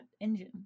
engine